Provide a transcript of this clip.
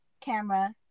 camera